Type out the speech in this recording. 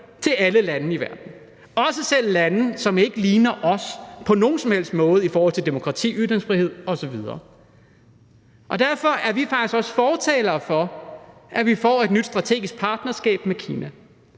til alle lande i verden, selv lande, som ikke ligner os på nogen som helst måde i forhold til demokrati, ytringsfrihed osv. Og derfor er vi faktisk også fortalere for, at vi får et nyt strategisk partnerskab med Kina.